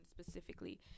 specifically